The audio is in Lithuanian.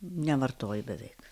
nevartoju beveik